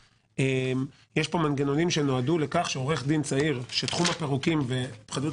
יש פה מנגנונים שנועדו לכך שעורך דין צעיר שתחום הפירוקים וחדלות